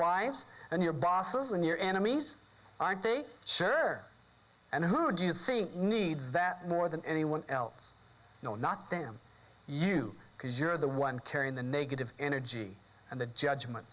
wives and your bosses and your enemies i day sure and who do you think needs that more than anyone else no not them you because you're the one carrying the negative energy and the judgment